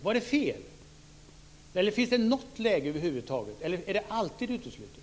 Var det fel? Finns det över huvud taget något sådant läge, eller är det alltid uteslutet?